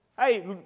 Hey